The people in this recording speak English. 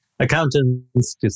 accountants